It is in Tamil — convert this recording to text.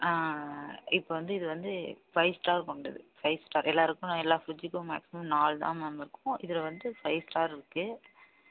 இப்போ வந்து இது வந்து ஃபை ஸ்டார் கொண்டது ஃபை ஸ்டார் எல்லோருக்கும் எல்லா ஃப்ரிஜ்க்கும் மேக்ஸிமம் நாலுதான் மேம் இருக்கும் இதில் வந்து ஃபை ஸ்டார் இருக்குது